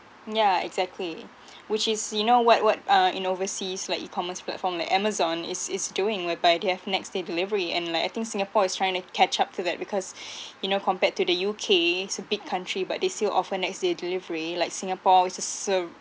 yeah exactly which is you know what what uh in overseas like e-commerce platform like amazon is is doing whereby they have next day delivery and like I think singapore is trying to catch up to that because you know compared to the U_S it's a big country but they still offer next day delivery like singapore which is so